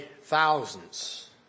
thousands